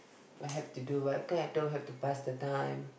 I have to do why can't I don't have to pass the time